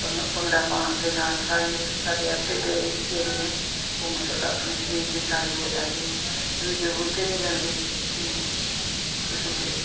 ਭੰਗੜਾ ਪਾਉਣ ਦੇ ਨਾਲ ਸਾਰੀਆਂ ਸਾਡੀ ਐਕਟੀਵਿਟੀਜ਼ ਜਿਹੜੀ ਹੈ ਉਹ ਮਤਲਬ ਆਪਣੇ ਸਰੀਰ ਦੀ ਸਾਰੀ ਹੋ ਜਾਂਦੀ ਹੈ ਜ਼ਰੂਰਤ ਹੀ ਨਹੀਂ ਪੈਂਦੀ ਕੋਈ ਪੁੱਛੇ